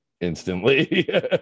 instantly